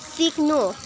सिक्नु